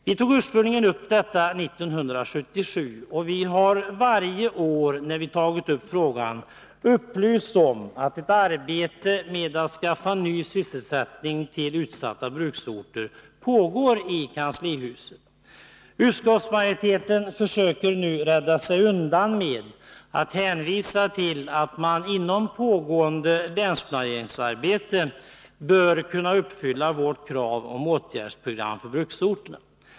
Vi tog ursprungligen upp detta 1977, och vi har varje år när vi tagit frågan upplysts om att ett arbete med att skaffa ny sysselsättning till utsatta bruksorter pågår i kanslihuset. Utskottsmajoriteten försöker nu rädda sig undan med att hänvisa till att man inom pågående länsplaneringsarbete bör kunna uppfylla vårt krav om åtgärdsprogram för bruksorterna.